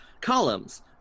Columns